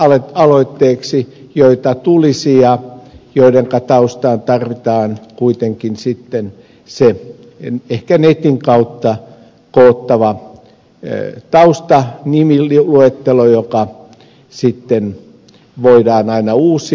anteeksi kansalaisaloitteeksi joita tulisi ja joidenka taustaan tarvitaan kuitenkin ehkä netin kautta koottava taustanimiluettelo joka sitten voidaan aina uusia